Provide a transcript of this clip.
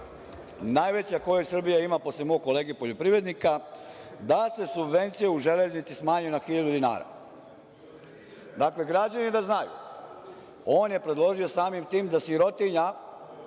najveća koju Srbija ima posle mog kolege poljoprivrednika, da se subvencije u „Železnici“ smanje na 1.000 dinara. Dakle, građani da znaju on je predložio samim tim da sirotinja,